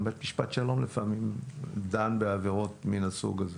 גם בית משפט השלום לפעמים דן בעבירות מן הסוג הזה.